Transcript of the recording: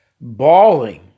bawling